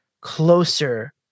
closer